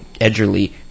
edgerly